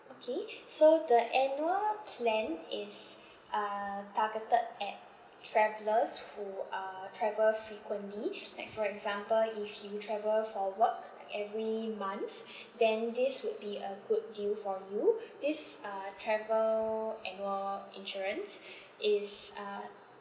okay so the annual plan is uh targeted at travellers who uh travel frequently like for example if you travel for work like every month then this would be a good deal for you this uh travel annual insurance is uh